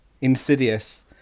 insidious